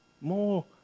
more